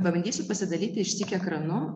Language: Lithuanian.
pabandysiu pasidalyti išsyk kranu